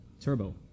Turbo